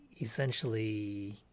Essentially